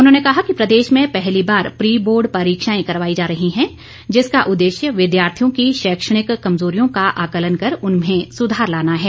उन्होंने कहा कि प्रदेश में पहली बार प्री बोर्ड परीक्षाएं करवाई जा रही हैं जिसका उद्रेश्य विद्यार्थियों की शैक्षणिक कमजोरियों का आकलन कर उनमें सुधार लाना है